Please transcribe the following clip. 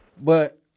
But-